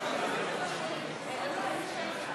שידורים של בעל זיכיון לשידורי רדיו),